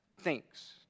thinks